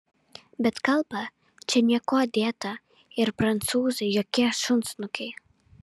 bet kalba čia niekuo dėta ir prancūzai jokie šunsnukiai